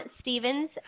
Stevens